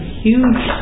huge